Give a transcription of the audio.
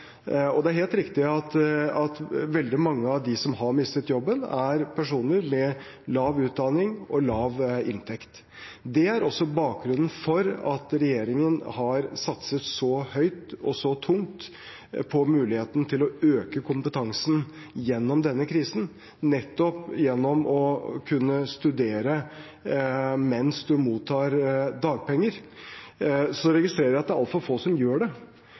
Det er helt riktig at veldig mange av dem som har mistet jobben, er personer med lav utdanning og lav inntekt. Det er også bakgrunnen for at regjeringen har satset så høyt og så tungt på muligheten til å øke kompetansen gjennom denne krisen, nettopp gjennom å kunne studere mens man mottar dagpenger. Så registrerer jeg at det er altfor få som gjør det,